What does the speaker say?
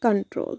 control